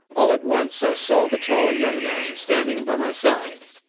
all at once i saw the tall young man standing by my side.